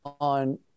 on